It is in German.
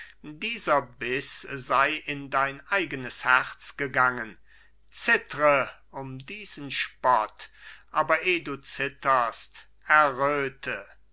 dieser biß sei in dein eigenes herz gegangen zittre um diesen spott aber eh du zitterst